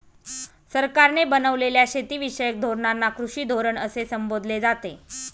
सरकारने बनवलेल्या शेतीविषयक धोरणांना कृषी धोरण असे संबोधले जाते